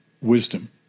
wisdom